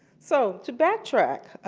so, to backtrack,